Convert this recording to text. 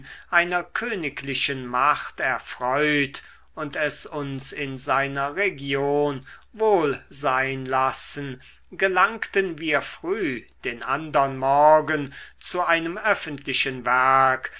einer königlichen macht erfreut und es uns in seiner region wohl sein lassen gelangten wir früh den andern morgen zu einem öffentlichen werk